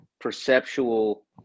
perceptual